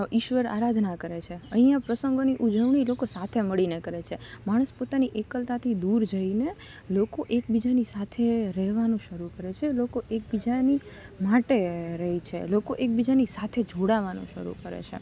ઈશ્વર આરાધના કરે છે અહિયાં પ્રસંગોની ઉજવણી લોકો સાથે મળીને કરે છે માણસ પોતાની એકલતાથી દૂર જઈને લોકો એક બીજાની સાથે રહેવાનું શરૂ કરે છે લોકો એક બીજાની માટે રહે છે લોકો એક બીજાની સાથે જોડાવાનું શરૂ કરે છે